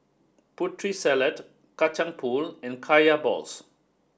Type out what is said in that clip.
Putri Salad Kacang Pool and Kaya Balls